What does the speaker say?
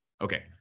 okay